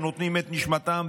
שנותנים את נשמתם,